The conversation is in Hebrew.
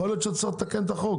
יכול להיות שצריך לתקן את החוק,